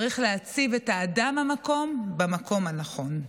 צריך להציב את האדם הנכון במקום הנכון.